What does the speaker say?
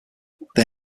they